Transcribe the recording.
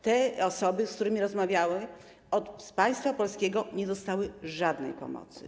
Te osoby, z którymi rozmawiałam, od państwa polskiego nie dostały żadnej pomocy.